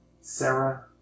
Sarah